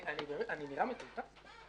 נראה מטומטם?